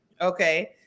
okay